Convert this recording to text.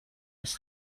his